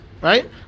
right